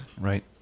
right